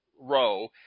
row